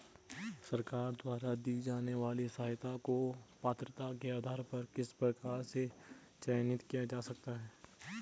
सरकार द्वारा दी जाने वाली सहायता को पात्रता के आधार पर किस प्रकार से चयनित किया जा सकता है?